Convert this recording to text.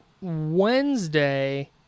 Wednesday